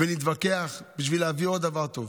ואנחנו נתווכח כדי להביא עוד דבר טוב,